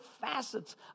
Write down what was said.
facets